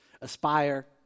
Aspire